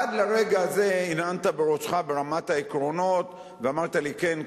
עד לרגע הזה הנהנת בראשך ברמת העקרונות ואמרת לי: כן,